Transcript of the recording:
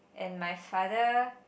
and my father